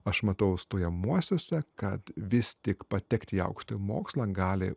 aš matau stojamuosiuose kad vis tik patekti į aukštąjį mokslą gali